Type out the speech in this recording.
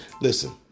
Listen